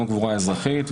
גם הקבורה האזרחית.